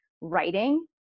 writing